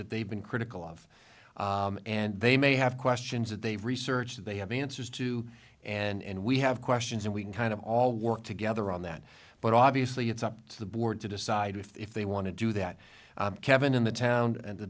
that they've been critical of and they may have questions that they've researched that they have answers to and we have questions and we kind of all work together on that but obviously it's up to the board to decide if they want to do that kevin in the town and the